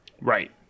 Right